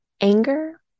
Anger